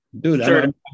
Dude